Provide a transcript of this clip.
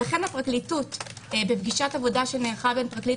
לכן בפגישת עבודה שנערכה בין פרקליט